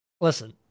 Listen